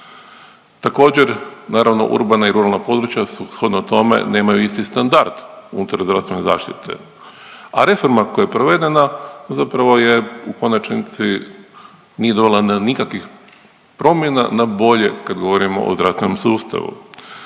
Također naravno urbana i ruralna područja sukladno tome nemaju isti standard unutar zdravstvene zaštite, a reforma koja je provedena zapravo je, u konačnici nije dovela do nikakvih promjena na bolje kad govorimo o zdravstvenom sustavu.